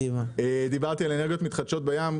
דיברתי על אנרגיות מתחדשות בים,